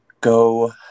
go